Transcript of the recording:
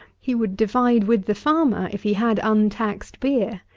he would divide with the farmer, if he had untaxed beer.